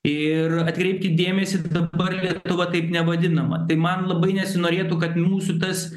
ir atkreipkit dėmesį dabar lietuva taip nevadinama tai man labai nesinorėtų kad mūsų tas